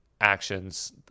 actions